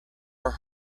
our